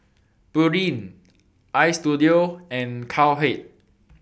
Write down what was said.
Pureen Istudio and Cowhead